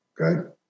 okay